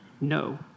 No